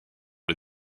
les